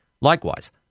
Likewise